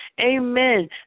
Amen